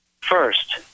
First